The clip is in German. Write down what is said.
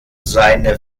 seine